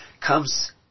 comes